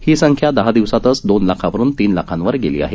ही संख्या दहा दिवसांतच दोन लाखावरून तीन लाखांवर गेली आहे